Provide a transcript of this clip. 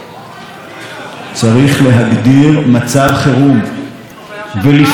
צריך להגדיר מצב חירום ולפעול ב-mode של חירום.